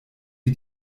wie